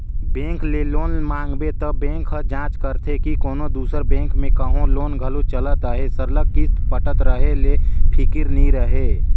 bank ले loan मांगबे त बेंक ह जांच करथे के कोनो दूसर बेंक में कहों लोन घलो चलत अहे सरलग किस्त पटत रहें ले फिकिर नी रहे